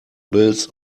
bills